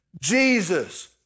Jesus